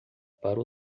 para